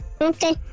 Okay